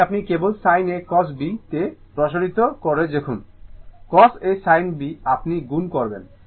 এটি আপনি কেবল sin A cos B তে প্রসারিত করেন যখন cos A sin B আপনি গুণ করবেন